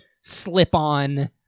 slip-on